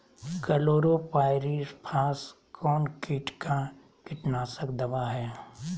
Chlorpyrifos कौन किट का कीटनाशक दवा है?